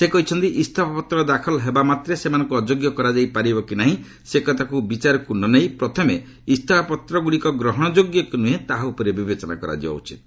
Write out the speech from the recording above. ସେ କହିଛନ୍ତି ଇଞ୍ଜଫାପତ୍ର ଦାଖଲ ହେବା ମାତ୍ରେ ସେମାନଙ୍କୁ ଅଯୋଗ୍ୟ କରାଯାଇ ପାରିବ କି ନାହିଁ ସେକଥାକୁ ବିଚାରକୁ ନନେଇ ପ୍ରଥମେ ଇସଫାପତ୍ର ଗ୍ରଡ଼ିକ ଗ୍ରହଣଯୋଗ୍ୟ କି ନ୍ରହେଁ ତାହା ଉପରେ ବିବେଚନା କରାଯିବା ଉଚିତ୍